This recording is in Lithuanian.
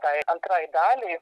tai antrai daliai